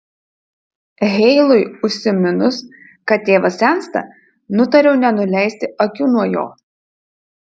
heilui užsiminus kad tėvas sensta nutariau nenuleisti akių nuo jo